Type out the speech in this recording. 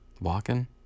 Walking